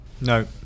No